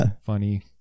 funny